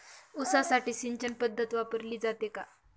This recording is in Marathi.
ऊसासाठी सिंचन पद्धत वापरली जाते का?